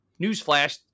newsflash